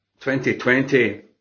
2020